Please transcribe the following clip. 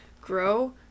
grow